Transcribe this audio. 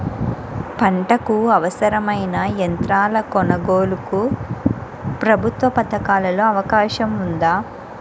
పంటకు అవసరమైన యంత్రాల కొనగోలుకు ప్రభుత్వ పథకాలలో అవకాశం ఉందా?